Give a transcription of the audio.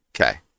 Okay